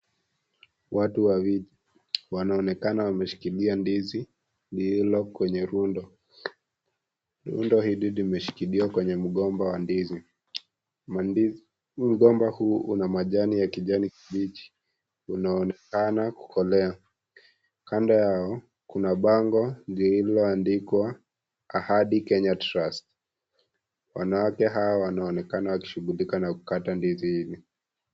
Watu wawili wanaonekana wameshikilia ndizi lililo kwenye rundo. Rundo hili limeshikiliwa kwenye mgomba wa ndizi. Mgomba huu una majani ya kijani kibichi, unaonekana kukolea. Kando yao, kuna bango lililoandikwa "Ahadi Kenya Trust ". Wanawake hawa wanaonekana wakikushughulika na kukata ndizi hili.